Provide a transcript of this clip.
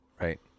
Right